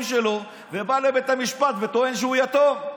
שלו ובא לבית המשפט וטוען שהוא יתום.